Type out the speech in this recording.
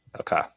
Okay